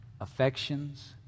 affections